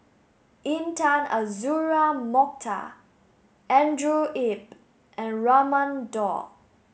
Intan Azura Mokhtar Andrew Yip and Raman Daud